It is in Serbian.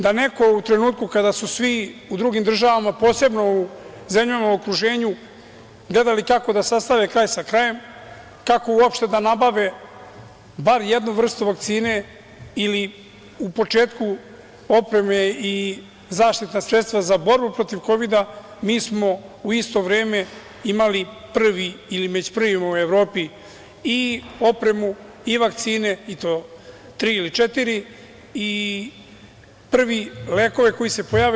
Da neko u trenutku kada su svi u drugim državama, posebno u zemljama u okruženju gledali kako da sastave kraj sa krajem, kako uopšte da nabave bar jednu vrstu vakcine ili u početku opreme i zaštitna sredstva za borbu protiv kovida, mi smo u isto vreme imali prvi ili među prvima u Evropi i opremu i vakcine i to tri ili četiri i prvi lekove koji se pojave.